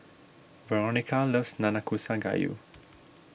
Veronica loves Nanakusa Gayu